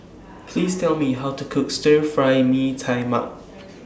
Please Tell Me How to Cook Stir Fry Mee Tai Mak